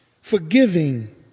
forgiving